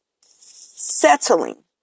settling